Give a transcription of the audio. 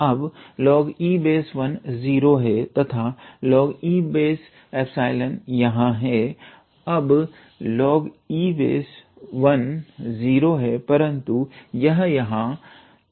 अब log𝑒1 0 है तथा log𝑒𝜀 यहां है अब log𝑒1 0 हैपरंतु यह यहाँ तो −log𝑒𝜀 होगा